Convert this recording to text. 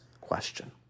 question